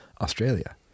australia